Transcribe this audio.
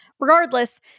Regardless